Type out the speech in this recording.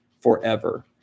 forever